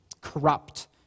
corrupt